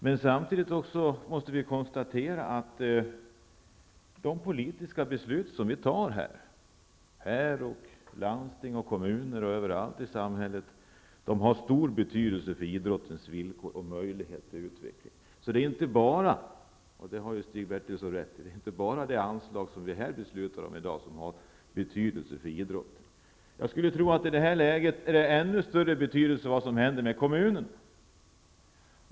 Men samtidigt måste vi konstatera att de politiska beslut som vi fattar här i riksdagen, i landsting och kommuner och överallt i samhället har stor betydelse för idrottens villkor och möjligheter till utveckling. Det är inte bara, och det har Stig Bertilsson rätt i, det anslag som vi kommer att besluta om här i dag som har betydelse för idrotten. I detta läge är det av ännu större betydelse vad som händer med kommunerna.